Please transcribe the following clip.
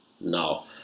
No